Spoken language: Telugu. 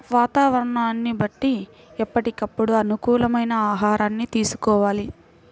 వాతావరణాన్ని బట్టి ఎప్పటికప్పుడు అనుకూలమైన ఆహారాన్ని తీసుకోవాలి